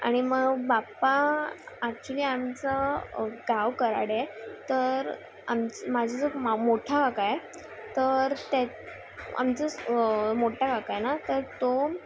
आणि म बापा ॲक्च्युली आमचं गाव कराडे तर आमच माझं जो मा मोठा हाकाय तर त्या आमचं मोठा खाकाय ना तर तो